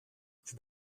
c’est